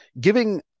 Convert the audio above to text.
Giving